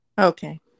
Okay